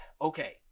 Okay